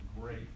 great